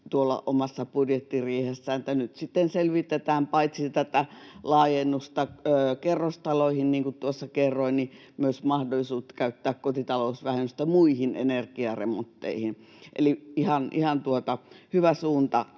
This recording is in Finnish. omassa budjettiriihessään, että nyt sitten selvitetään paitsi tätä laajennusta kerrostaloihin, niin kuin tuossa kerroin, niin myös mahdollisuutta käyttää kotitalousvähennystä muihin energiaremontteihin, eli ihan hyvä suunta